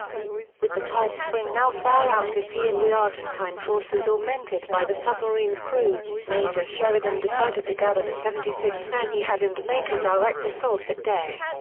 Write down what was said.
with the tidespring now far out to sea and the argentine forces augmented by the submarine's crew, major sheridan decided to gather the seventy six men he had and make a direct assault that day.